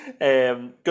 Good